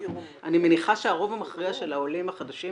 אני מניחה שהרוב המכריע של העולים החדשים